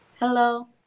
Hello